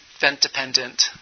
vent-dependent